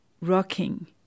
rocking